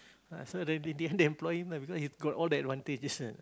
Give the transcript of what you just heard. ah so in the end they employ him ah because he got all the advantages ah